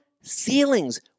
ceilings